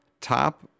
top